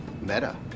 meta